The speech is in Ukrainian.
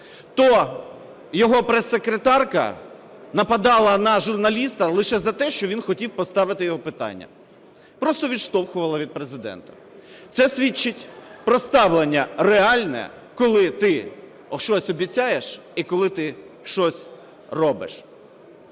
то його прес-секретарка нападала на журналіста лише за те, що він хотів поставити йому питання, просто відштовхувала від Президента. Це свідчить про ставлення реальне, коли ти щось обіцяєш і коли ти щось робиш.